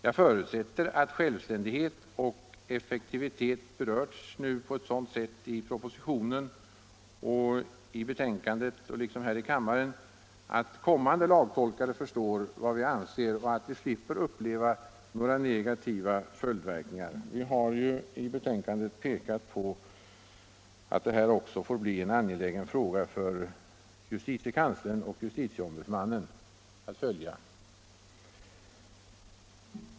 Jag förutsätter att självständighet och effektivitet nu berörts på ett sådant sätt i propositionen och i betänkandet liksom här i kammaren, att kommande lagtolkare förstår vad vi avser och att vi slipper uppleva några negativa följdverkningar. Vi har ju i betänkandet pekat på att det här också får bli en angelägen fråga för justitiekanslern och justitieombudsmannen att följa.